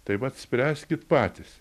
tai vat spręskit patys